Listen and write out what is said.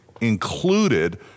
included